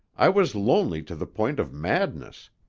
i was lonely to the point of madness.